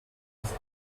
aus